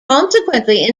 consequently